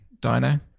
dino